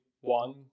one